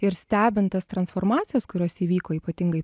ir stebint tas transformacijas kurios įvyko ypatingai